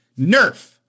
Nerf